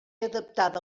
adaptada